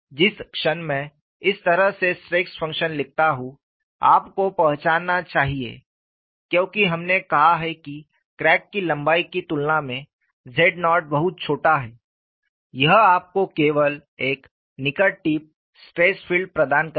जिस क्षण मैं इस तरह से स्ट्रेस फंक्शन लिखता हूं आपको पहचानना चाहिए क्योंकि हमने कहा है कि क्रैक की लंबाई की तुलना में z0 बहुत छोटा है यह आपको केवल एक निकट टिप स्ट्रेस क्षेत्र प्रदान करेगा